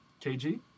KG